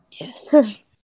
Yes